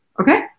okay